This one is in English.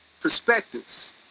perspectives